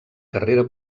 carrera